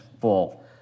full